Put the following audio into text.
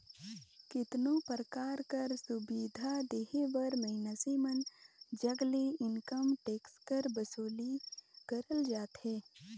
केतनो परकार कर सुबिधा देहे बर मइनसे मन जग ले इनकम टेक्स कर बसूली करल जाथे